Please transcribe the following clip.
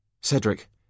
Cedric